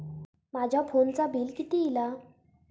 माझ्या फोनचा बिल किती इला?